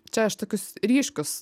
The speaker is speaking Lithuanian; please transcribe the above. čia aš tokius ryškius